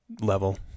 level